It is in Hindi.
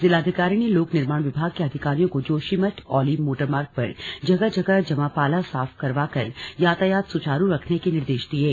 जिलाधिकारी ने लोक निर्माण विभाग के अधिकारियों को जोशीमठ औली मोटर मार्ग पर जगह जगह जमा पाला साफ करवाकर यातायात सुचारू रखने के निर्देश दिये